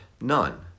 none